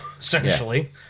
essentially